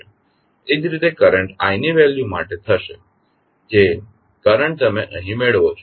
એ જ રીતે current i ની વેલ્યુ માટે થશે જે કરંટ તમે અહીં મેળવો છો